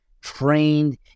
trained